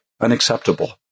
unacceptable